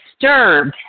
disturbed